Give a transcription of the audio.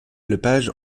lepage